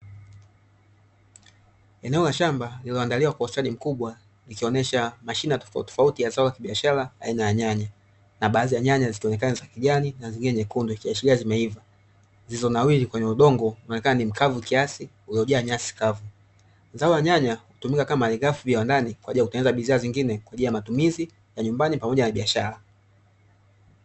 Eneo la shamba lililoandaliwa kwa ustadi mkubwa, likionesha mashina tofautitofauti ya zao la kibiashara aina ya nyanya, na baadhi ya nyanya zikionekana za kijani na zingine nyekundu zikiashiria zimeiva, zilizonawiri kwenye udongo unaoonekana ni mkavu kiasi uliojaa nyasi kavu. Zao la nyanya hutumika kama malighafi viwandani kwa ajili ya kutengeneza bidhaa zingine kwa ajili ya matumizi ya nyumbani pamoja na biashara.